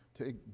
take